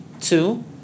Two